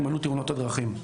יימנעו תאונות הדרכים.